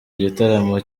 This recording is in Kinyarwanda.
igitaramo